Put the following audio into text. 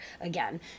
again